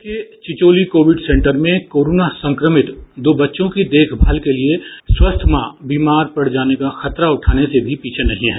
जिले के Chicholi Covid centre में कोरोना संक्रमित दो बच्चों की देखभाल के लिए स्वस्थ मां बीमार पड़ जाने का खतरा उठाने से भी पीछे नहीं है